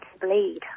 bleed